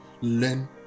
learn